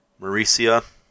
Mauricia